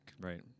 Right